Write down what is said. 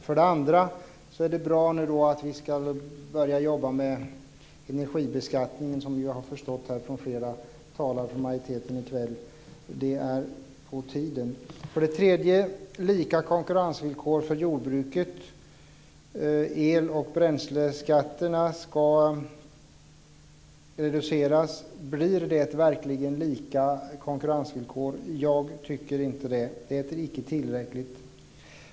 För det andra är det bra att vi nu ska börja jobba med energibeskattningen, som jag förstått av flera talare från majoriteten i kväll. Det är på tiden. För det tredje gäller det lika konkurrensvillkor för jordbruket. El och bränsleskatterna ska reduceras. Blir det verkligen lika konkurrensvillkor? Jag tycker inte det. Det är inte tillräckligt.